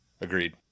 Agreed